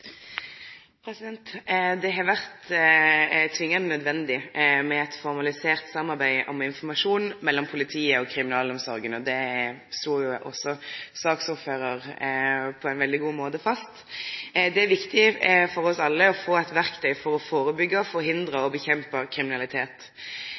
komiteens. Det har vore tvingande nødvendig med eit formalisert samarbeid om informasjon mellom politiet og kriminalomsorga. Det slo òg saksordføraren på ein veldig god måte fast. Det er viktig for oss alle å få eit verktøy for å